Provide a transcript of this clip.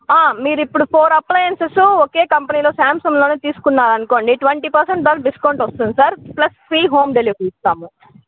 మీరు ఇప్పుడు four appliances ఒకే కంపెనీలో శాంసంగ్లో తీసుకున్నారు అనుకోండి ట్వంటీ పర్సెంట్ దాకా డిస్కౌంట్ వస్తుంది sir plus free home delivery ఇస్తాము